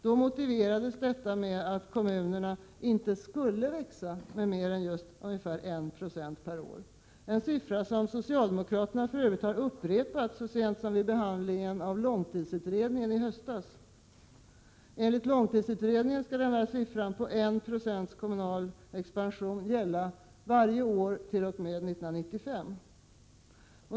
Då motiverades detta med att kommunerna inte skulle växa med mer än just 1 96 per år, en siffra som socialdemokraterna upprepade så sent som vid behandlingen i höstas av långtidsutredningen. Enligt långtidsutredningen skulle den siffran gälla varje år t.o.m. år 1995.